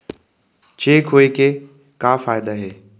Cheque होए के का फाइदा होथे?